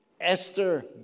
Esther